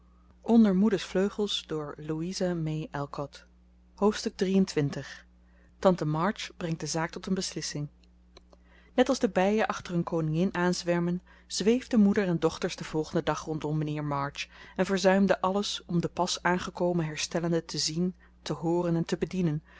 hoofdstuk xxiii tante march brengt de zaak tot een beslissing net als de bijen achter hun koningin aanzwermen zweefden moeder en dochters den volgenden dag rondom mijnheer march en verzuimden alles om den pas aangekomen herstellende te zien te hooren en te bedienen